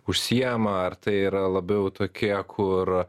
užsiima ar tai yra labiau tokie kur